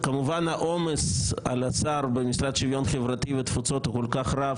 שהעומס על השר במשרד לשוויון חברתי ובתפוצות הוא כל כך רב,